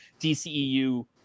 dceu